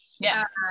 Yes